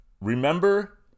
Remember